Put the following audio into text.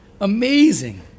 amazing